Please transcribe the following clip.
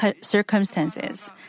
circumstances